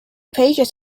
pages